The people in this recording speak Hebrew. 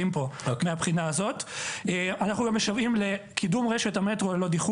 אנחנו עובדים בקצב עצום, ביום ובלילה.